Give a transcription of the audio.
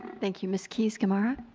thank you ms. keys-gamarra.